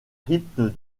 rythme